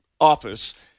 office